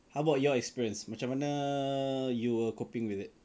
how about your experience macam mana you were coping with it